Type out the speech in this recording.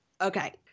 Okay